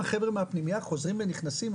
החבר'ה מהפנימייה חוזרים ונכנסים,